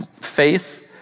faith